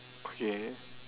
okay